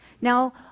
Now